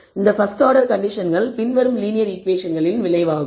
இந்த first order கண்டிஷன்கள் பின்வரும் லீனியர் ஈகுவேஷன்களின் விளைவாகும்